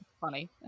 funny